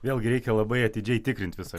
vėlgi reikia labai atidžiai tikrint visą